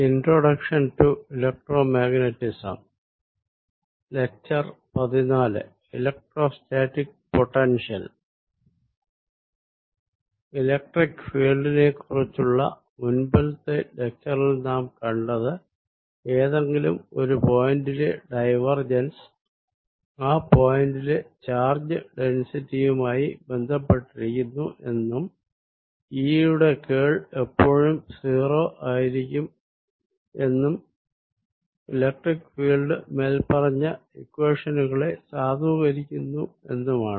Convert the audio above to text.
electro static potential electric ഫീല്ഡിനെക്കുറിച്ചുള്ള മുൻപത്തെ ലെക്ച്ചറിൽനാം കണ്ടത് ഏതെങ്കിലും ഒരു പോയിന്റിലെ ഡൈവർജൻസ് ആ പോയിന്റിലെ ചാർജ് ഡെൻസിറ്റിയുമായി ബന്ധപ്പെട്ടിരിക്കുന്നു എന്നും E യുടെ കേൾ എപ്പോഴും 0 ആയിരിക്കും എന്നും ഇലക്ട്രിക് ഫീൽഡ് മേൽപ്പറഞ്ഞ ഇക്വേഷനുകളെ സാധൂകരിക്കുന്നു എന്നുമാണ്